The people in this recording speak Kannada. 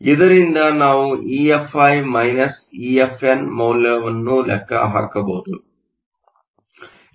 ಇದರಿಂದ ನಾವು EFi EFn ಮೌಲ್ಯವನ್ನು ಲೆಕ್ಕ ಹಾಕಬಹುದು